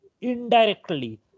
indirectly